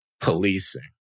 policing